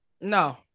No